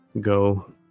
go